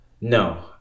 No